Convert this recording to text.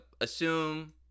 assume